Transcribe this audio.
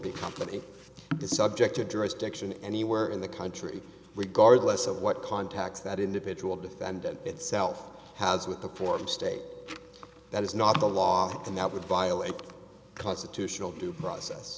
disney company is subject addressed action anywhere in the country regardless of what contacts that individual defendant itself has with the former state that is not the law and that would violate constitutional due process